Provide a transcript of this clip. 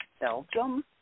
Belgium